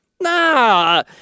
Nah